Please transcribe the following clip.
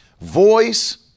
voice